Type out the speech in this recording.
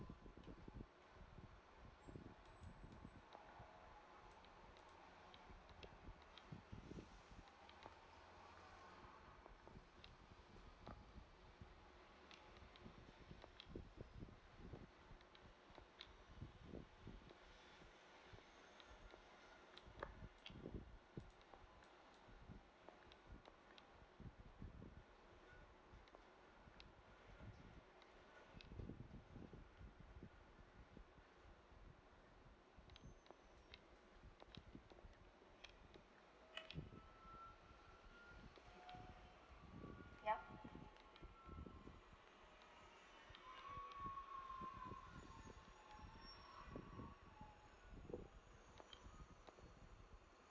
ya